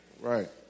right